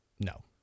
No